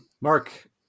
Mark